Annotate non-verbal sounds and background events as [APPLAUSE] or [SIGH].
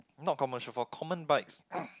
not commercial for common bikes [NOISE]